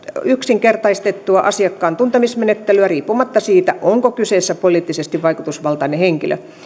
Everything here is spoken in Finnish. yksinkertaistettua asiakkaan tuntemismenettelyä riippumatta siitä onko kyseessä poliittisesti vaikutusvaltainen henkilö